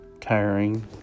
tiring